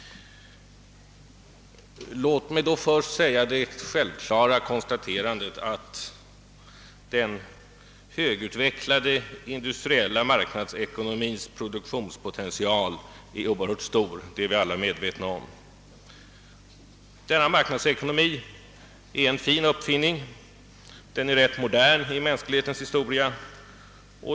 Låt mig först konstatera att den högutvecklade industriella marknadsekonomins produktionspotential självfallet är oerhört stor — det är vi alla medvetna om. Denna marknadsekonomi är en fin uppfinning och rätt modern i mänsklighetens historia.